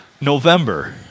November